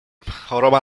choroba